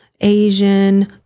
Asian